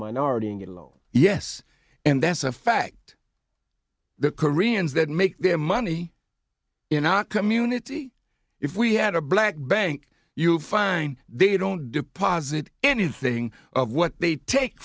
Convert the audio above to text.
minority and get a loan yes and that's a fact the koreans that make their money in our community if we had a black bank you find they don't deposit anything of what they take